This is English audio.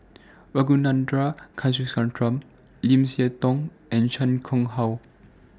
Ragunathar Kanagasuntheram Lim Siah Tong and Chan Chang How